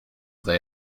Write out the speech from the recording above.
they